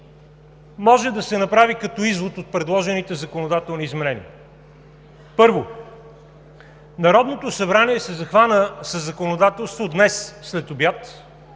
може да се направи като извод от предложените законодателни изменения? Първо, Народното събрание се захвана със законодателство днес след обяд,